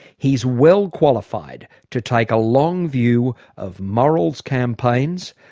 he is well qualified to take a long view of morals campaigns,